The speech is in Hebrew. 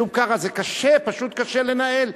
קשה לנהל.